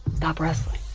stop wrestling.